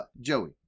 Joey